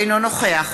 אינו נוכח